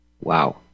Wow